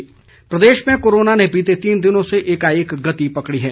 प्रदेश corona प्रदेश में corona ने बीते तीन दिनों से एकाएक गति पकड़ी है